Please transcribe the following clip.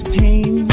pain